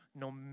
no